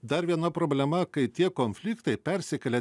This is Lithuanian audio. dar viena problema kai tie konfliktai persikelia